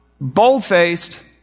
bold-faced